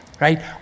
right